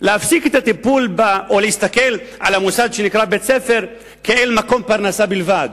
להסתכל על המוסד שנקרא "בית-ספר" לא כעל מקור פרנסה בלבד,